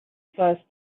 first